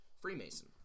Freemason